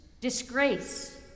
disgrace